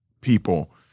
people